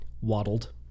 waddled